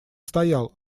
стоял